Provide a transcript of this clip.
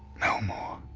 no more.